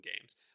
games